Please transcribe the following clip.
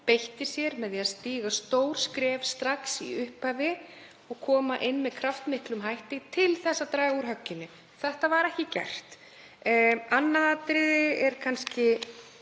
beitti sér með því að stíga stór skref strax í upphafi og koma inn með kraftmiklum hætti til þess að draga úr högginu. Þetta var ekki gert. Annað atriði er kannski